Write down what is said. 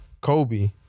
Kobe